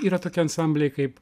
yra tokie ansambliai kaip